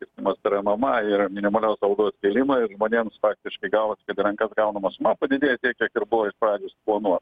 skirtumas tarp mma ir minimalios algos kėlimo ir žmonėms faktiškai gavosi kad į rankas gaunama suma padidėjo tiek kiek ir buvo iš pradžių suplanuota